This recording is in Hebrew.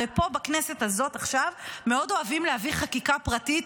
הרי פה בכנסת הזאת עכשיו מאוד אוהבים להביא חקיקה פרטית,